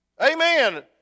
Amen